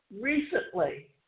recently